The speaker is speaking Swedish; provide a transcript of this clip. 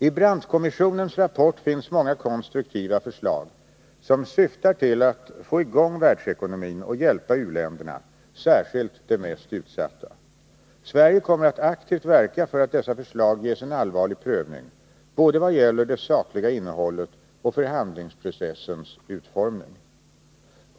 I Brandtkommissionens rapport finns många konstruktiva förslag som syftar till att få i gång världsekonomin och hjälpa u-länderna, särskilt de mest utsatta. Sverige kommer att aktivt verka för att dessa förslag ges en allvarlig prövning både vad gäller det sakliga innehållet och i fråga om förhandlingsprocessens utformning.